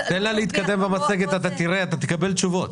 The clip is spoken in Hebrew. תן לה להתקדם במצגת, תקבל תשובות.